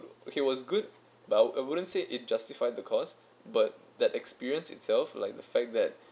okay was good but I wouldn't say it justify the costs but that experience itself like the fact that